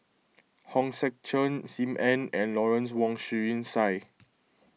Hong Sek Chern Sim Ann and Lawrence Wong Shyun Tsai